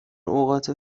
اوقات